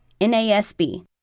NASB